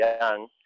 young